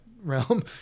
realm